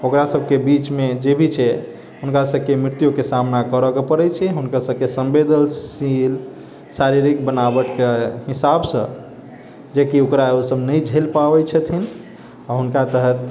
ओकरा सभकेँ बीचमे जेभी छै हुनका सभके मृत्युके सामना करैके पड़ैत छै ओकरा सभकेँ सम्वेदनशील शारीरिक वनावटके हिसाबसँ जेकि ओकरा ओसभ नहि झेल पाबैत छथिन आ हुनका तहत